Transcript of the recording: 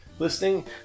Listening